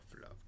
love